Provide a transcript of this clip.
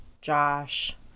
Josh